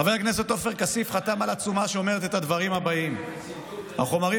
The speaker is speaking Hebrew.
חבר הכנסת עופר כסיף חתם על עצומה שאומרת את הדברים הבאים: "החומרים